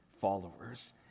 followers